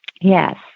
yes